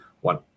one